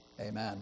Amen